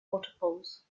waterfalls